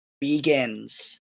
begins